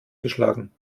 geschlagen